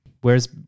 whereas